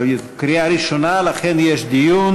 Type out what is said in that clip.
זאת קריאה ראשונה, ולכן יש דיון.